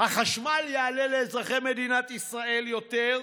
החשמל יעלה לאזרחי מדינת ישראל יותר?